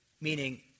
Meaning